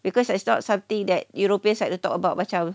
because it's not something that europeans like to talk about macam